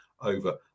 over